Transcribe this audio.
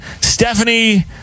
Stephanie